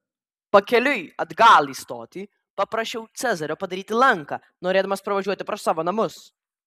pakeliui atgal į stotį paprašiau cezario padaryti lanką norėdamas pravažiuoti pro savo namus